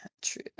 True